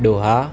Doha